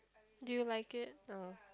do you like it oh